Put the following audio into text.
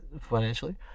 financially